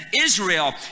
Israel